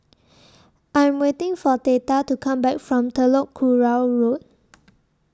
I Am waiting For Theta to Come Back from Telok Kurau Road